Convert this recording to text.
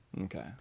Okay